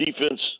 defense